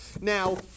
Now